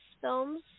films